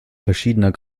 verschiedener